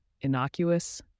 innocuous